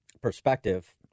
perspective